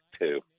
two